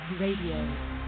Radio